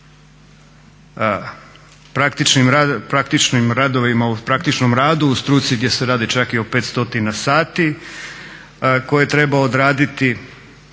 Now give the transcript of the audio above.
u praktičnom radu u struci gdje se radi čak i o petsto sati koje treba odraditi